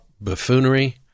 buffoonery